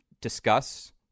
discuss